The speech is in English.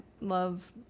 love